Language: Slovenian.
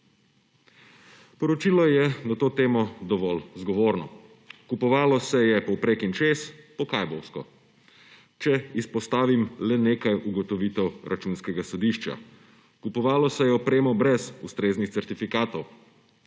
Poročilo je na to temo dovolj zgovorno. Kupovalo se je povprek in čez, po kavbojsko. Če izpostavim le nekaj ugotovitev Računskega sodišča: kupovalo se je oprema brez ustreznih certifikatov,